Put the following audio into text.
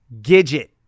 Gidget